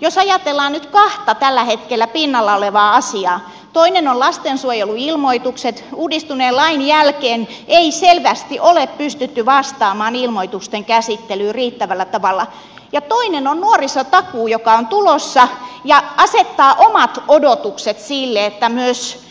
jos ajatellaan nyt kahta tällä hetkellä pinnalla olevaa asiaa toinen on lastensuojeluilmoitukset uudistuneen lain jälkeen ei selvästi ole pystytty vastaamaan ilmoitusten käsittelyyn riittävällä tavalla ja toinen on nuorisotakuu joka on tulossa ja asettaa omat odotukset sille että myös